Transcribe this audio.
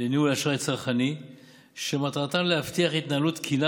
לניהול האשראי הצרכני שמטרתה להבטיח התנהלות תקינה